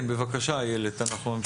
כן, בבקשה איילת, אנחנו ממשיכים.